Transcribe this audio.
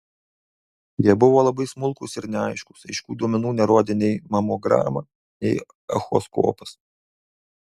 jie buvo labai smulkūs ir neaiškūs aiškių duomenų nerodė nei mamograma nei echoskopas